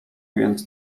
więc